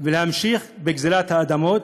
להמשיך בגזלת האדמות.